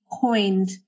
coined